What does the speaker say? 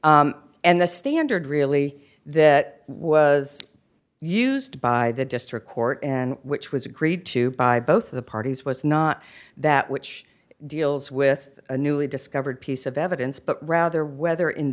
said and the standard really that was used by the district court and which was agreed to by both of the parties was not that which deals with a newly discovered piece of evidence but rather whether in